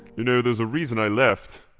you know, there's a reason i left.